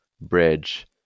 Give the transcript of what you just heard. bridge